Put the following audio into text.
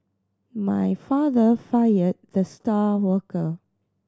my father fired the star worker